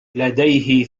لديه